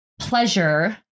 pleasure